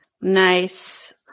Nice